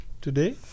today